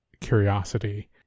Curiosity